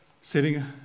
sitting